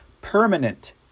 permanent